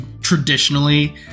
traditionally